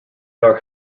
are